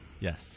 Yes